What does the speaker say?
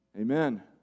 amen